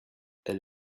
elle